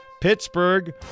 Pittsburgh